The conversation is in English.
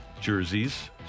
jerseys